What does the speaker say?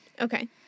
okay